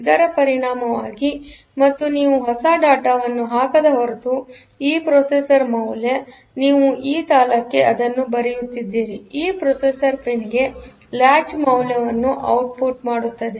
ಇದರ ಪರಿಣಾಮವಾಗಿ ಮತ್ತು ನೀವುಹೊಸ ಡೇಟಾವನ್ನು ಹಾಕದ ಹೊರತು ಈ ಪ್ರೊಸೆಸರ್ ಮೌಲ್ಯ ನೀವುಈ ತಾಳಕ್ಕೆ ಇದನ್ನು ಬರೆಯುತ್ತಿದ್ದೀರಿಈ ಪ್ರೊಸೆಸರ್ ಪಿನ್ಗೆ ಲ್ಯಾಚ್ ಮೌಲ್ಯವನ್ನು ಔಟ್ಪುಟ್ ಮಾಡುತ್ತದೆ